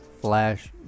Flash